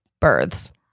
births